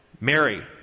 Mary